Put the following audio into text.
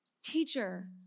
Teacher